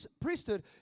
priesthood